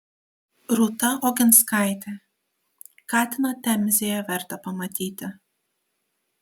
rūta oginskaitė katiną temzėje verta pamatyti